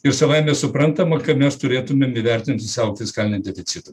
ir savaime suprantama kad mes turėtumėm įvertinti savo fiskalinį deficitą